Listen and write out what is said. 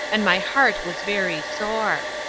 and my heart was very sore.